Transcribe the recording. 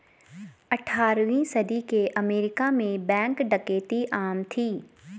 अठारहवीं सदी के अमेरिका में बैंक डकैती आम थी